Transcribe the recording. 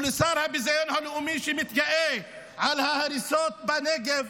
ולשר הביזיון הלאומי שמתגאה בהריסות בנגב,